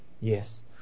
Yes